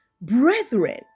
brethren